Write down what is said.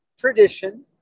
tradition